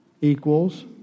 equals